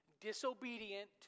disobedient